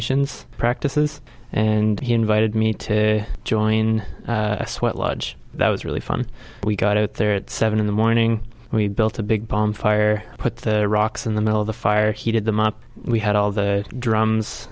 nations practices and he invited me to join a sweat lodge that was really fun we got out there at seven in the morning we built a big bonfire put the rocks in the middle of the fire heated the mop we had all the drums